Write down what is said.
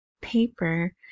paper